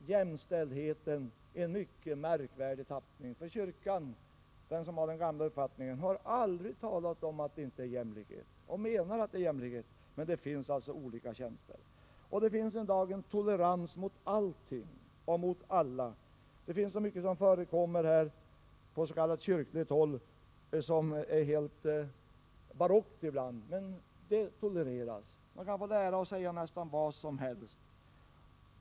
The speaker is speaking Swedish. Jämställdheten har där kommit i en mycket märkvärdig tappning, för den kyrka som har den gamla uppfattningen har aldrig talat om att det inte skall råda jämlikhet utan menar att det är jämlikhet. Men det finns alltså olika tjänster. Det finns i dag en tolerans mot allting och mot alla. Det förekommer så mycket på s.k. kyrkligt håll som är helt barockt ibland, men det tolereras. Man kan få lära och säga nästan vad som helst.